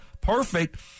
perfect